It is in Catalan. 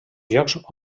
llocs